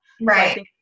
Right